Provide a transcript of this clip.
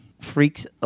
freaks